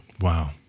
Wow